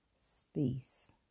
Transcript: space